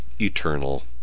eternal